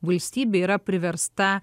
valstybė yra priversta